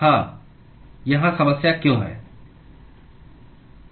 हाँ यहाँ समस्या क्यों है